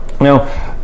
Now